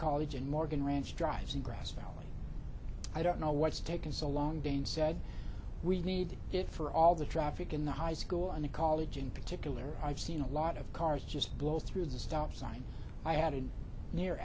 college and morgan ranch drives in grass valley i don't know what's taken so long jane said we need it for all the traffic in the high school and college in particular i've seen a lot of cars just blow through the stop sign i added near